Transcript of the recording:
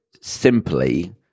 simply